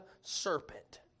serpent